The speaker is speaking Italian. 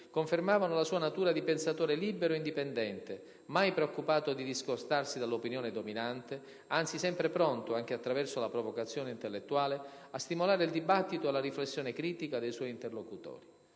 confermavano la sua natura di pensatore libero e indipendente, mai preoccupato di discostarsi dall'opinione dominante, anzi sempre pronto, anche attraverso la provocazione intellettuale, a stimolare il dibattito e la riflessione critica dei suoi interlocutori.